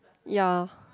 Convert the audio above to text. ya